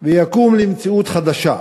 ויקום למציאות חדשה.